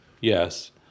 Yes